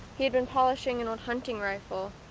he had been polishing an old hunting rifle,